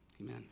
Amen